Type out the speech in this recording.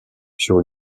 sur